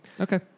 Okay